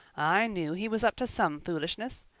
i knew he was up to some foolishness.